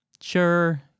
sure